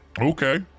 Okay